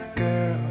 girl